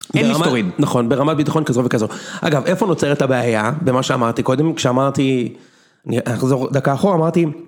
נכון ברמת ביטחון כזו וכזו אגב איפה נוצרת הבעיה במה שאמרתי קודם כשאמרתי נחזור דקה אחורה אמרתי